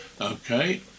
Okay